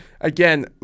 again